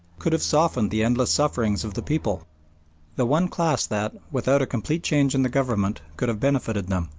could have softened the endless sufferings of the people the one class that, without a complete change in the government, could have benefited them.